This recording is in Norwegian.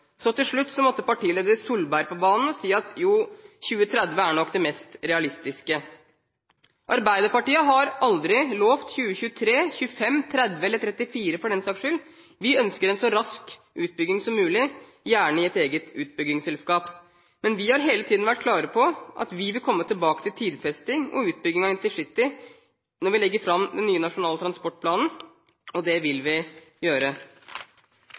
Så til slutt måtte partileder Solberg på banen og si at 2030 nok er det mest realistiske. Arbeiderpartiet har aldri lovet 2023, 2025, 2030 eller 2034 for den saks skyld. Vi ønsker en så rask utbygging som mulig, gjerne i et eget utbyggingsselskap. Men vi har hele tiden vært klare på at vi vil komme tilbake til tidfesting og utbygging av intercitynettet når vi legger fram den nye nasjonale transportplanen, og det vil vi gjøre.